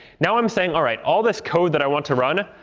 now i'm saying, all right, all this code that i want to run,